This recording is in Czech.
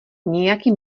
nějaký